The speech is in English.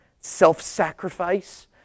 self-sacrifice